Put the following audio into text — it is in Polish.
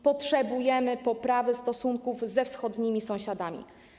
Potrzebujemy poprawy stosunków ze wschodnimi sąsiadami.